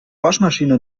waschmaschine